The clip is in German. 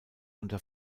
unter